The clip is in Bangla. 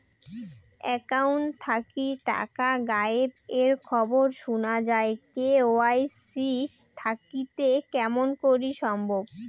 একাউন্ট থাকি টাকা গায়েব এর খবর সুনা যায় কে.ওয়াই.সি থাকিতে কেমন করি সম্ভব?